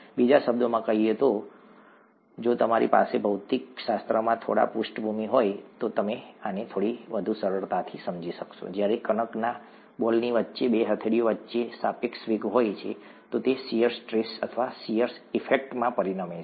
બીજા શબ્દોમાં કહીએ તો જો તમારી પાસે ભૌતિકશાસ્ત્રમાં થોડી પૃષ્ઠભૂમિ હોય તો તમે આને થોડી વધુ સરળતાથી સમજી શકશો જ્યારે કણકના બોલની વચ્ચે બે હથેળીઓ વચ્ચે સાપેક્ષ વેગ હોય છે તો તે શીયર સ્ટ્રેસ અથવા શીયર ઇફેક્ટ્સમાં પરિણમે છે